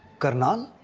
karnal